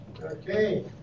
Okay